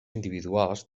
individuals